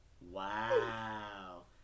Wow